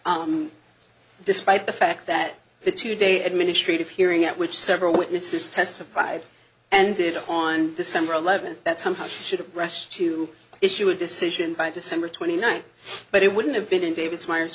decision despite the fact that the two day administrative hearing at which several witnesses testified and it on december eleventh that somehow she should rush to issue a decision by december twenty ninth but it wouldn't have been in david's miers